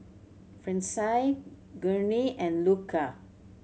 Francine Gurney and Luca